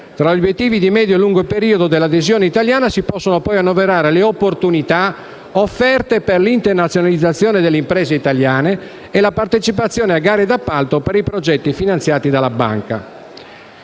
Tra gli obiettivi di medio e lungo periodo dell'adesione italiana si possono annoverare le opportunità offerte per l'internazionalizzazione delle imprese italiane e la partecipazione a gare d'appalto per i progetti finanziati dalla Banca.